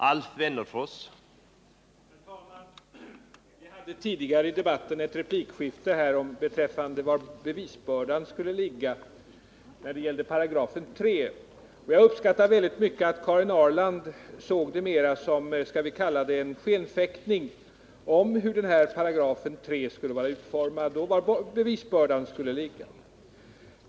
Herr talman! Vi hade tidigare i debatten ett replikskifte beträffande var bevisbördan skulle ligga när det gäller 3 3. Jag uppskattar väldigt mycket att Karin Ahrland såg det mer som en skenfäktning om hur 3 § skulle vara utformad och var bevisbördan skulle ligga.